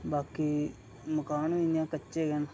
बाकी मकान बी इ'यां कच्चे गै न